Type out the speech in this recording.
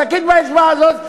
שקית באצבע הזאת.